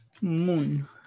moon